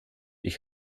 ich